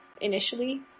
initially